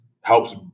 helps